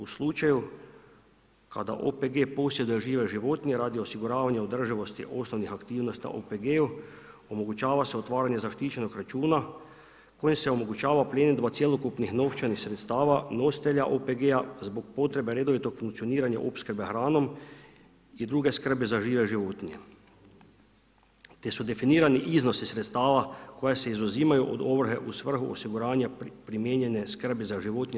U slučaju kada OPG posjeduje žive životinje radi osiguravanja održivosti osnovnih aktivnosti na OPG-u omogućava se otvaranje zaštićenog računa kojim se omogućava pljenidba cjelokupnih novčanih sredstava nositelja OPG-a zbog potrebe redovitog funkcioniranja opskrbe hranom i druge skrbi za žive životinje, te su definirani iznosi sredstava koja se izuzimaju od ovrhe u svrhu osiguranja primijenjene skrbi za životinje.